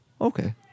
okay